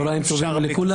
צוהריים טובים לכולם.